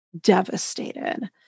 devastated